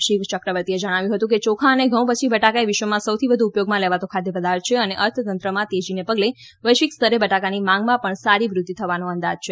શ્રી યક્રવર્તીએ જણાવ્યું હતું કે ચોખા અને ઘઉં પછી બટાકા એ વિશ્વમાં સૌથી વધુ ઉપયોગમાં લેવાતો ખાદ્ય પદાર્થ છે અને અર્થતંત્રમાં તેજીને પગલે વૈશ્વિક સ્તરે બટાકાની માંગમાં પણ સારી વૃઘ્યિ થવાનો અંદાજ છે